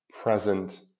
present